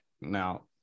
now